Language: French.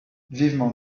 vivement